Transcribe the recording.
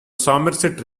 somerset